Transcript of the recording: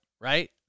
right